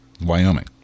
Wyoming